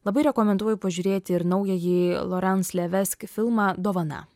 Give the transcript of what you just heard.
labai rekomenduoju pažiūrėti ir naująjį lorenz leveski filmą dovana